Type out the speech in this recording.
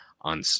on